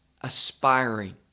aspiring